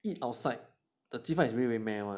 eat outside the 鸡饭 is really very meh one